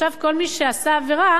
עכשיו כל מי שעשה עבירה,